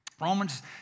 Romans